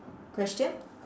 question